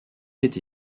été